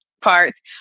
parts